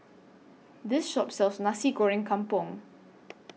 This Shop sells Nasi Goreng Kampung